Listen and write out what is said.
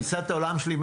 בתפיסת העולם שלי,